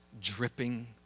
dripping